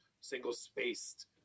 single-spaced